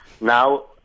Now